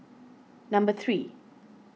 number three